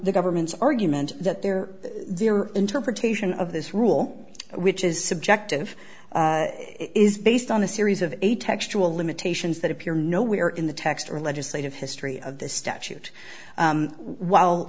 the government's argument that their their interpretation of this rule which is subjective is based on a series of eight textual limitations that appear nowhere in the text or legislative history of the statute while